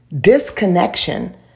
disconnection